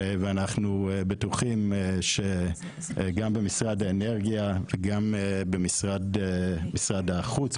ואנחנו בטוחים שגם במשרד האנרגיה וגם במשרד החוץ,